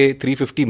350